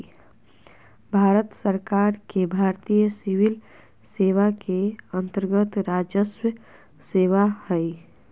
भारत सरकार के भारतीय सिविल सेवा के अन्तर्गत्त राजस्व सेवा हइ